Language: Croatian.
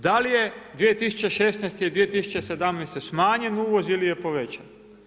Da li je 2016. i 2017. smanjen uvoz ili je povećan?